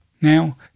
Now